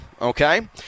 Okay